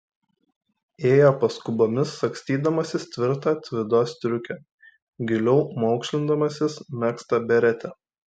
ėjo paskubomis sagstydamasis tvirtą tvido striukę giliau maukšlindamasis megztą beretę